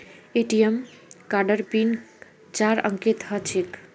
ATM कार्डेर pin चार अंकेर ह छेक